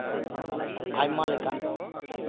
ᱟᱭᱢᱟ ᱞᱮᱠᱟᱱ